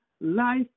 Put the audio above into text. life